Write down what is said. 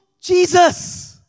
Jesus